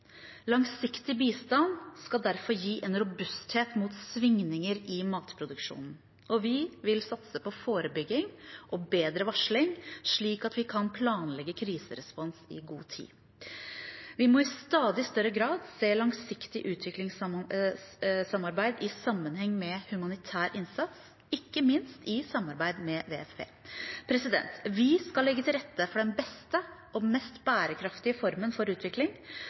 Langsiktig bistand skal derfor gi en robusthet mot svingninger i matproduksjonen. Vi vil satse på forebygging og bedre varsling, slik at vi kan planlegge kriserespons i god tid. Vi må i stadig større grad se langsiktig utviklingssamarbeid i sammenheng med humanitær innsats – ikke minst i samarbeid med WFP. Vi skal legge til rette for den beste og den mest bærekraftige formen for utvikling,